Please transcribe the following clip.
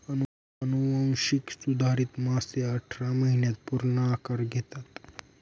अनुवांशिक सुधारित मासे अठरा महिन्यांत पूर्ण आकार घेतात